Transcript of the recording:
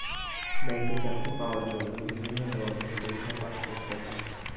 ব্যাংকে চাকরি পাওয়ার জন্য বিভিন্ন ধরনের পরীক্ষায় পাস করতে হয়